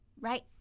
right